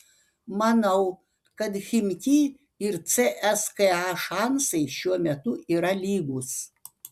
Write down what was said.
manau kad chimki ir cska šansai šiuo metu yra lygūs